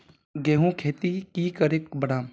गेंहू खेती की करे बढ़ाम?